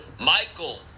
Michael